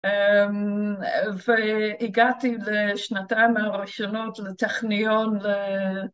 והגעתי לשנתיים הראשונות לטכניון, ו...